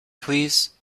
please